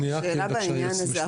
שאלה בעניין הזה.